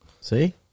See